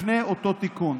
לפני אותו תיקון.